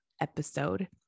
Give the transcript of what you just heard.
episode